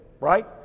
right